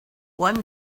one